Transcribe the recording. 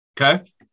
okay